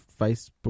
Facebook